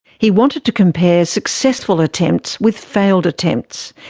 he wanted to compare successful attempts with failed attempts.